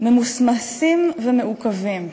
ממוסמסים ומעוכבים.